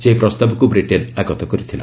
ସେହି ପ୍ରସ୍ତାବକୁ ବ୍ରିଟେନ୍ ଆଗତ କରିଥିଲା